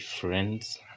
friends